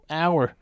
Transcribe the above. hour